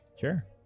Sure